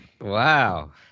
Wow